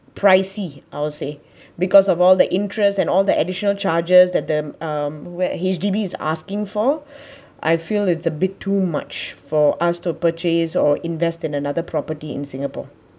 pricey I will say because of all the interest and all the additional charges that them um where H_D_B's asking for I feel it's a bit too much for us to purchase or invest in another property in singapore